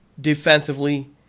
defensively